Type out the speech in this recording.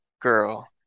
girl